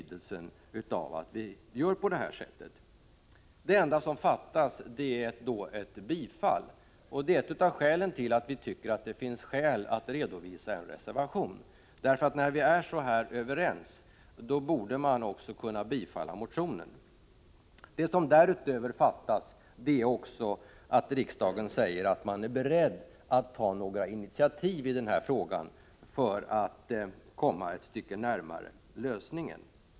Det enda som fattas är ett bifall. Därför tyckte vi att det fanns skäl att avge en reservation. När vi är så överens borde motionen kunna bifallas. Det som därutöver fattas är att riksdagen säger att man är beredd att ta initiativ i denna fråga för att komma ett stycke närmare en lösning.